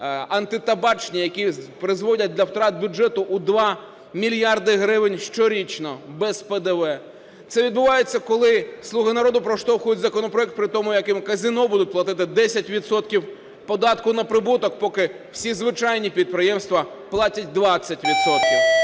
антитабачні, які призводять до втрат бюджету у 2 мільярди гривень щорічно без ПДВ; це відбувається, коли "слуги народу" проштовхують законопроект при тому, як їм казино будуть платити 10 відсотків податку на прибуток, поки всі звичайні підприємства платять 20